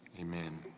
Amen